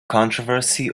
controversy